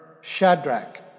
Shadrach